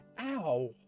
ow